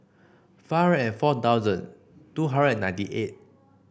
five and four thousand two hundred ninety eight